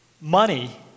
Money